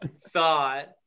thought